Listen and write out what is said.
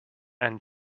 and